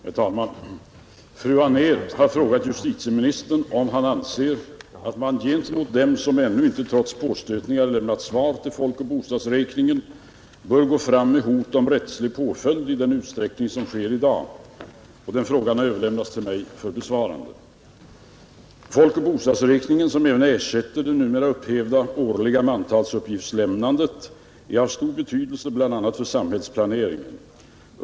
Herr talman! Fru Anér har frågat justitieministern om han anser att man gentemot dem, som ännu inte trots påstötningar lämnat svar till folkoch bostadsräkningen, bör gå fram med hot om rättslig påföljd i den utsträckning som sker i dag. Frågan har överlämnats till mig för besvarande. Folkoch bostadsräkningen, som även ersätter det numera upphävda årliga mantalsuppgiftslämnandet, är av stor betydelse bl.a. för samhällsplaneringen.